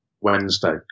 wednesday